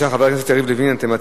אנחנו מודים